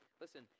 Listen